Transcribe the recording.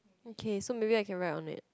okay so maybe I can write on it